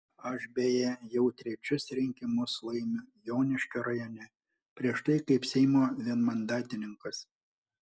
aš beje jau trečius rinkimus laimiu joniškio rajone prieš tai kaip seimo vienmandatininkas